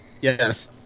Yes